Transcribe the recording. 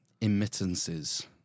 emittances